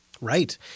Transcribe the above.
Right